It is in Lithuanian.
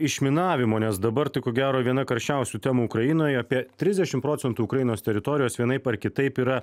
išminavimo nes dabar tai ko gero viena karščiausių temų ukrainoje apie trisdešim procentų ukrainos teritorijos vienaip ar kitaip yra